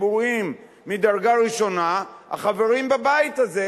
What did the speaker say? ציבוריים מדרגה ראשונה החברים בבית הזה,